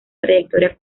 trayectoria